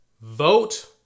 Vote